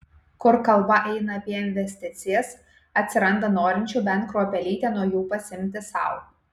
kur kalba eina apie investicijas atsiranda norinčių bent kruopelytę nuo jų pasiimti sau